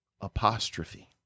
apostrophe